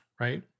right